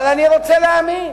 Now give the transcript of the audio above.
אבל אני רוצה להאמין,